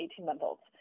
18-month-olds